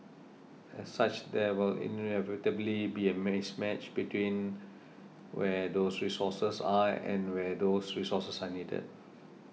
as such there will inevitably be a mismatch between where those resources are and where those resources are needed